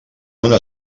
una